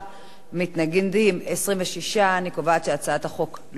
מתנגדים, 26. אני קובעת שהצעת החוק לא עברה.